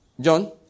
John